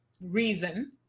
reason